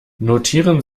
notieren